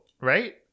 right